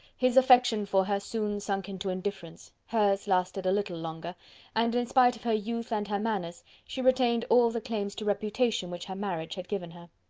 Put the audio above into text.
his affection for her soon sunk into indifference hers lasted a little longer and in spite of her youth and her manners, she retained all the claims to reputation which her marriage had given her.